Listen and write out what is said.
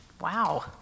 wow